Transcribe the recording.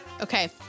Okay